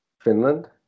Finland